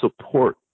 support